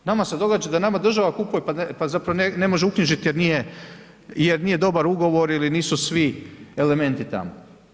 Nama se događa da nama država kupuje pa zapravo ne može uknjižiti jer nije dobar ugovor ili nosu svi elementi tamo.